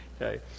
Okay